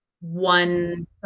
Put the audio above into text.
one